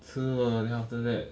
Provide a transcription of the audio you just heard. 吃了 then after that